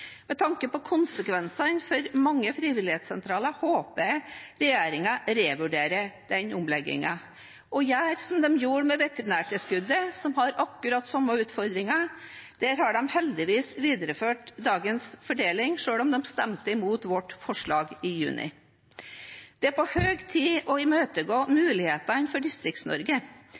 Med tanke på konsekvensene for mange frivilligsentraler håper jeg regjeringen revurderer omleggingen og gjør som de gjorde med veterinærtilskuddet, som har akkurat samme utfordringen. Der har de heldigvis videreført dagens fordeling, selv om de stemte imot vårt forslag i juni. Det er på høy tid å gå mulighetene for